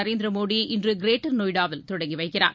நரேந்திர மோடி இன்று கிரேட்டர் நொய்டாவில் தொடங்கி வைக்கிறார்